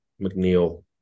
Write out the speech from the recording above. McNeil